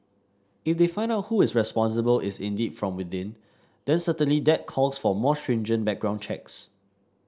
if they find out who is responsible is indeed from within then certainly that calls for more stringent background checks